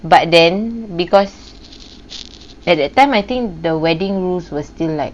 but then because at that time I think the wedding rules were still like